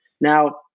Now